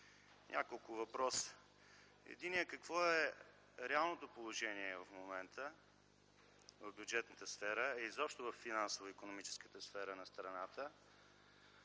няколко въпроса. Единият – какво е реалното положение в момента в бюджетната сфера и изобщо във финансово-икономическата сфера на страната.